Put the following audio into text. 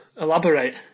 elaborate